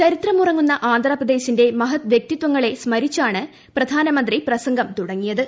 ചരിത്രമുറങ്ങുന്ന ആന്ധ്രാപ്രദേശിന്റെ മഹദ്വ്യക്തിത്വങ്ങളെ സ്മരിച്ചാണ് പ്രധാനമന്ത്രി പ്രസംഗം തുടങ്ങിയത്